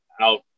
out